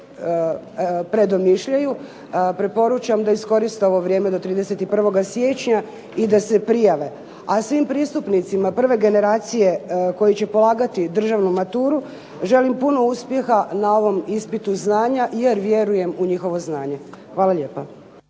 predomišljaju preporučam da iskoriste ovo vrijeme do 31. siječnja i da se prijave, a svim pristupnicima prve generacije koji će polagati državnu maturu želim puno uspjeha na ovom ispitu znanja jer vjerujem u njihovo znanje. Hvala lijepa.